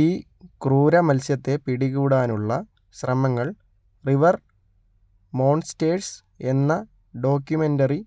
ഈ ക്രൂര മത്സ്യത്തെ പിടികൂടാനുള്ള ശ്രമങ്ങൾ റിവർ മോൺസ്റ്റേഴ്സ് എന്ന ഡോക്യുമെൻ്റെറി